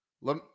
Let